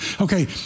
Okay